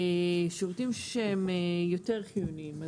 שירותים שהם יותר חיוניים.